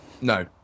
No